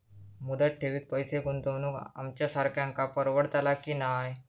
मुदत ठेवीत पैसे गुंतवक आमच्यासारख्यांका परवडतला की नाय?